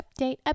Update